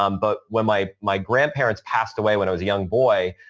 um but when my my grandparents passed away when i was a young boy,